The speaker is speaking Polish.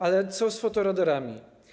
Ale co z fotoradarami?